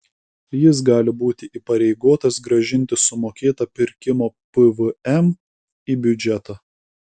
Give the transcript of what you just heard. jis gali būti įpareigotas grąžinti sumokėtą pirkimo pvm į biudžetą